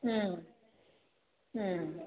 ꯎꯝ ꯎꯝ